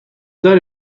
داری